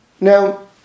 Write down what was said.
Now